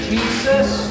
Jesus